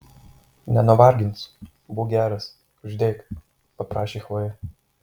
nenuvargins būk geras uždėk paprašė chlojė